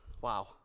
wow